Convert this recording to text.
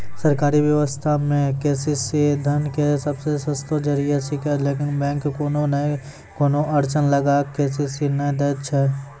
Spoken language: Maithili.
सरकारी व्यवस्था मे के.सी.सी धन के सबसे सस्तो जरिया छिकैय लेकिन बैंक कोनो नैय कोनो अड़चन लगा के के.सी.सी नैय दैय छैय?